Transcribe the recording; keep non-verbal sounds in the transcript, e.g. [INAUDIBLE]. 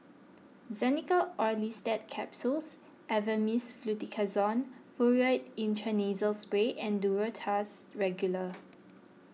Xenical Orlistat Capsules Avamys Fluticasone Furoate Intranasal Spray and Duro Tuss Regular [NOISE]